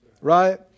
right